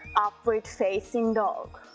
upward facing dog,